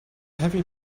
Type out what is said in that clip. heavy